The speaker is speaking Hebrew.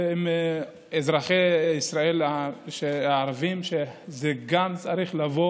הם אזרחי ישראל הערבים, וזה צריך לבוא